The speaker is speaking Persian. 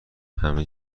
همه